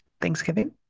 Thanksgiving